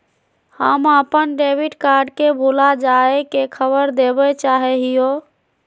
हम अप्पन debit card के भुला जाये के खबर देवे चाहे हियो